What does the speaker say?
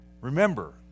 Remember